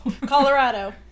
Colorado